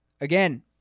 Again